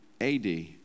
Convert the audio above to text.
AD